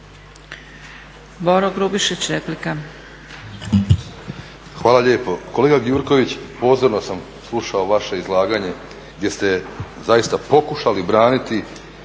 Hvala lijepo. Kolega Gjurković, pozorno sam slušao vaše izlaganje gdje ste zaista pokušali braniti